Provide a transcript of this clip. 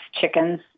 chickens